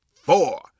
four